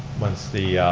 once the